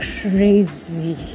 crazy